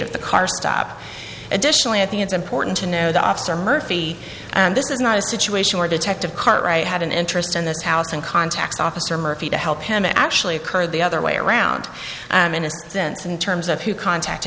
of the car stop additionally i think it's important to know the officer murphy and this is not a situation where detective cartwright had an interest in this house and contacts officer murphy to help him actually occurred the other way around i'm innocent in terms of who contact